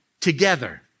together